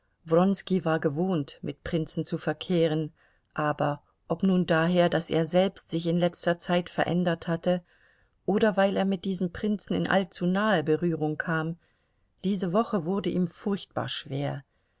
war gewohnt mit prinzen zu verkehren aber ob nun daher daß er selbst sich in letzter zeit verändert hatte oder weil er mit diesem prinzen in allzu nahe berührung kam diese woche wurde ihm furchtbar schwer